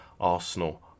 Arsenal